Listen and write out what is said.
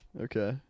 Okay